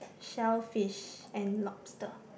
shellfish and lobster